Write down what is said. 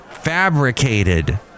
Fabricated